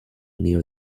near